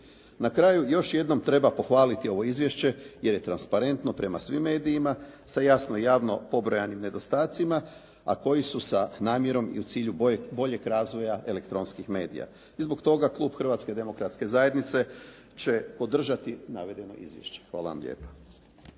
Na kraju još jednom treba pohvaliti ovo izvješće jer je transparentno prema svim medijima sa jasno javno pobrojanim nedostacima, a koji su sa namjerom i u cilju boljeg razvoja elektronskih medija. I zbog toga klub Hrvatske demokratske zajednice će podržati navedeno izvješće. Hvala vam lijepa.